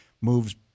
moves